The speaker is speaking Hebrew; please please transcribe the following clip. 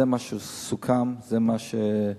זה מה שסוכם, זה מה שיהיה.